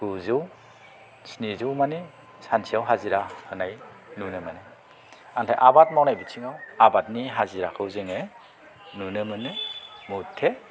गुजौ स्निजौ माने सानसेयाव हाजिरा होनाय नुनो मोनो ओमफ्राय आबाद मावनाय बिथिङाव आबादनि हाजिराखौ जोङो नुनो मोनो बांसिनै